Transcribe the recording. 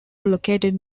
located